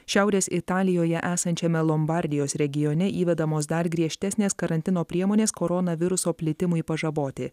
šiaurės italijoje esančiame lombardijos regione įvedamos dar griežtesnės karantino priemonės korona viruso plitimui pažaboti